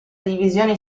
divisioni